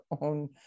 own